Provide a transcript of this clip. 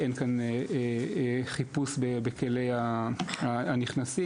אין כאן חיפוש בכלי הנכנסים,